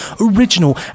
original